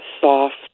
soft